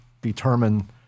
determine